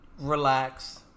Relax